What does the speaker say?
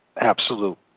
absolute